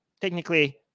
technically